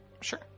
Sure